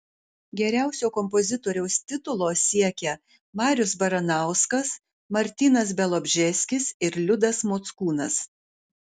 geriausio kompozitoriaus titulo siekia marius baranauskas martynas bialobžeskis ir liudas mockūnas